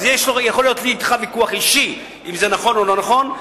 אז יכול להיות לי אתך ויכוח אישי אם זה נכון או לא נכון.